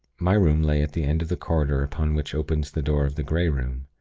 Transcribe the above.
my room lay at the end of the corridor upon which opens the door of the grey room.